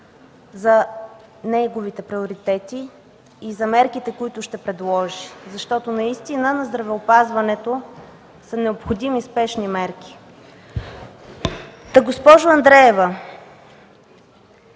за неговите приоритети и за мерките, които ще предложи. Наистина в здравеопазването са необходими спешни мерки. Госпожо Андреева,